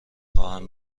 خواهم